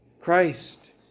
Christ